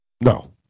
No